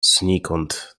znikąd